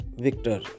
victor